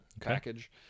package